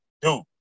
dude